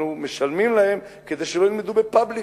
אנחנו משלמים להם כדי שלא ילמדו ב-public,